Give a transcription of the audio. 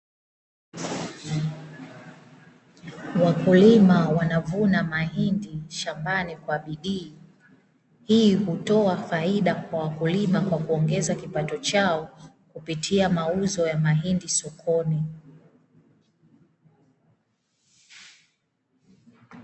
Wakulina wanavuna mahindi shambani kwa bidii. Hii hutoa faida kwa wakulima kwa kuongeza kipato chao kupitia mauzo ya mahindi sokoni.